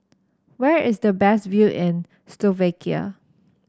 where is the best view in Slovakia